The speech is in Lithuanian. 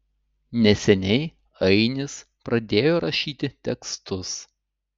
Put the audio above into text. neseniai ainis pradėjo rašyti tekstus